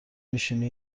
میشینی